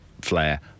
Flair